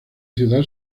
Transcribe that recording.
ciudad